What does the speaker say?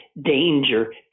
danger